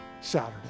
Saturday